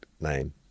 name